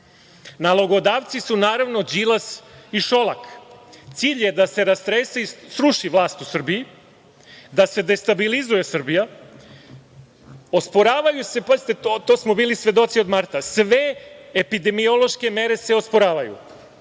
su naravno Đilas i Šolak. Cilj je da se rastrese i sruši vlast u Srbiji, da se destabilizuje Srbija, osporavaju se, pazite, to smo bili svedoci od marta, sve epidemiološke mere. Znači,